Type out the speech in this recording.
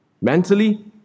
mentally